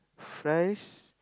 fries